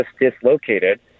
dislocated